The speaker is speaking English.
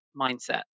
mindset